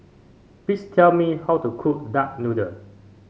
please tell me how to cook Duck Noodle